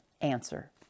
answer